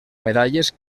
medalles